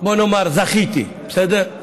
בוא נאמר: זכיתי, בסדר?